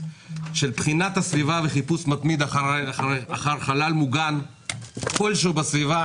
של בחינת הסביבה וחיפוש מתמיד אחר חלל מוגן כלשהו בסביבה,